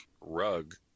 rug